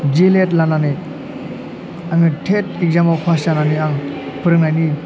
D El Ed लानानै आङो TET इग्जामाव पास जानानै आं फोरोंनायनि